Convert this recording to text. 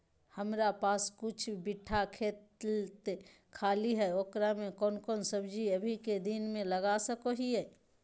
हमारा पास कुछ बिठा खेत खाली है ओकरा में कौन कौन सब्जी अभी के दिन में लगा सको हियय?